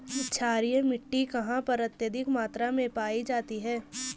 क्षारीय मिट्टी कहां पर अत्यधिक मात्रा में पाई जाती है?